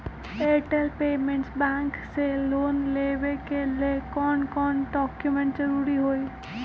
Airtel payments bank से loan लेवे के ले कौन कौन डॉक्यूमेंट जरुरी होइ?